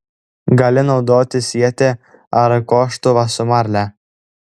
gali naudoti sietį ar koštuvą su marle